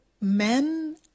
men